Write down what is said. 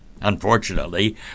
Unfortunately